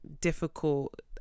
difficult